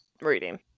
reading